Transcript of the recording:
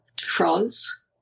France